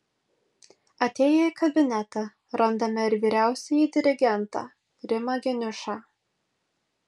atėję į kabinetą randame ir vyriausiąjį dirigentą rimą geniušą